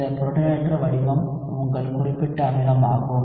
இந்த புரோட்டானேற்ற வடிவம் உங்கள் குறிப்பிட்ட அமிலமாகும்